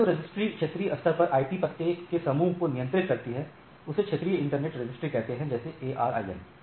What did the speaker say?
अतः जो रजिस्ट्री क्षेत्रीय स्तर पर आईपी पते के समूह को नियंत्रित करती है उसे क्षेत्रीय इंटरनेट रजिस्ट्री कहते हैं जैसे ARIN